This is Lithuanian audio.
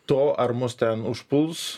to ar mus ten užpuls